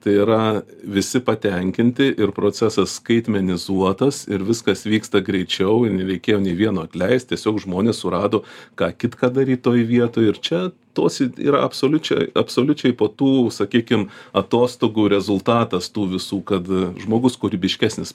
tai yra visi patenkinti ir procesas skaitmenizuotas ir viskas vyksta greičiau ir nereikėjo nei vieno atleist tiesiog žmonės surado ką kitką daryt toj vietoj ir čia tos y yra absoliučiai absoliučiai po tų sakykim atostogų rezultatas tų visų kad žmogus kūrybiškesnis